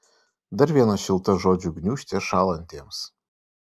dar viena šilta žodžių gniūžtė šąlantiems